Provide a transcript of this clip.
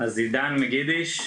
עידן מגידיש,